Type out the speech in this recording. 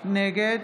נגד